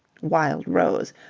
wild rose!